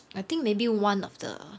I think maybe one of the